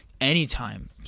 Anytime